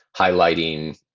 highlighting